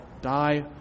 die